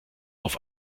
auf